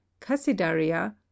cassidaria